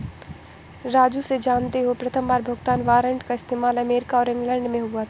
राजू से जानते हो प्रथमबार भुगतान वारंट का इस्तेमाल अमेरिका और इंग्लैंड में हुआ था